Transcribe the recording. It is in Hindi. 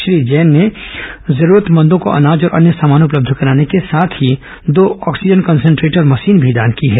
श्री जैन ने जरूरतमंदों को अनाज और अन्य सामान उपलब्ध कराने के साथ ही दो ऑक्सीजन कंसन्ट्रेटर मशीन भी दान की है